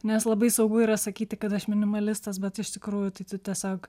nes labai saugu yra sakyti kad aš minimalistas bet iš tikrųjų tai tu tiesiog